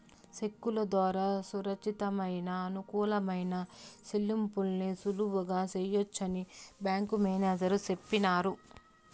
సెక్కుల దోరా సురచ్చితమయిన, అనుకూలమైన సెల్లింపుల్ని సులువుగా సెయ్యొచ్చని బ్యేంకు మేనేజరు సెప్పినాడు